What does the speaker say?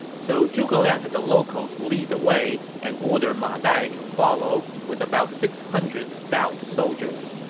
so zhuge liang had the locals lead the way and ordered ma dai to follow with about six hundred stout soldiers.